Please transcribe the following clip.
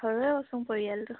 সৰুয়েই চােন পৰিয়ালটো